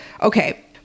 Okay